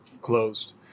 closed